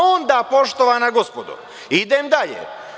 Onda, poštovana gospodo, idem dalje.